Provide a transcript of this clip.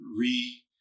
re